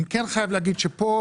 אני כן חייב להגיד שפה,